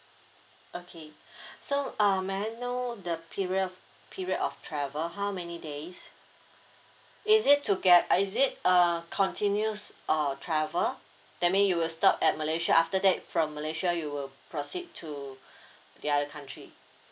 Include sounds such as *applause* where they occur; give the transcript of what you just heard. okay *breath* so uh may I know the period period of travel how many days is it to get uh is it uh continues uh travel that means you will stop at malaysia after that from malaysia you will proceed to the other country